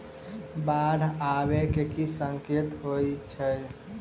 बाढ़ आबै केँ की संकेत होइ छै?